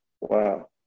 wow